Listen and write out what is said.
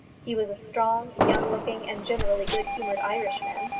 he was a strong, young-looking, and generally good-humoured irishman,